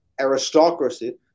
aristocracy